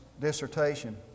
dissertation